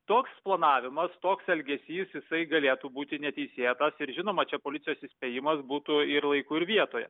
toks planavimas toks elgesys jisai galėtų būti neteisėtas ir žinoma čia policijos įspėjimas būtų ir laiku ir vietoje